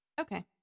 Okay